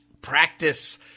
Practice